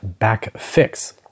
backfix